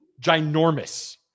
ginormous